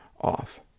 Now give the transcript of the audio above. off